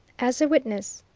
as a witness,